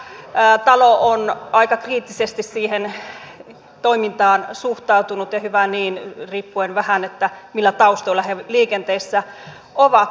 tämä talo on aika kriittisesti siihen toimintaan suhtautunut ja hyvä niin riippuen vähän millä taustoilla he liikenteessä ovat